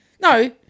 No